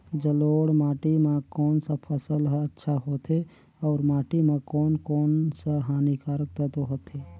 जलोढ़ माटी मां कोन सा फसल ह अच्छा होथे अउर माटी म कोन कोन स हानिकारक तत्व होथे?